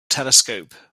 telescope